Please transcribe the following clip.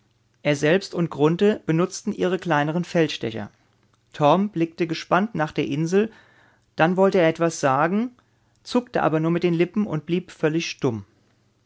er selbst und grunthe benutzten ihre kleineren feldstecher torm blickte gespannt nach der insel dann wollte er etwas sagen zuckte aber nur mit den lippen und blieb völlig stumm